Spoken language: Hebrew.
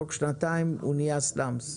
תוך שנתיים הוא נהיה סלאמס.